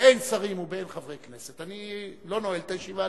באין שרים ובאין חברי כנסת אני לא נועל את הישיבה,